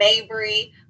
Mabry